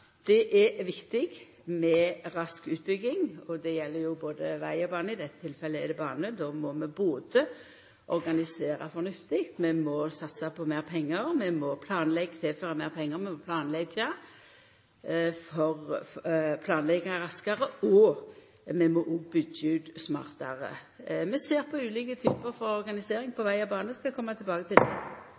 det er viktig med rask utbygging. Det gjeld både veg og bane, i dette tilfellet er det bane. Då må vi organisera fornuftig, vi må tilføra meir pengar, vi må planleggja raskare, og vi må òg byggja ut smartare. Vi ser på ulike typar organisering for veg og bane. Eg skal koma tilbake til det